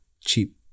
cheap